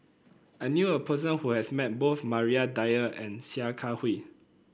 I knew a person who has met both Maria Dyer and Sia Kah Hui